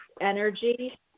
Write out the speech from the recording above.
energy